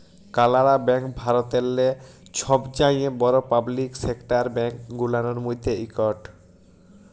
কালাড়া ব্যাংক ভারতেল্লে ছবচাঁয়ে বড় পাবলিক সেকটার ব্যাংক গুলানের ম্যধে ইকট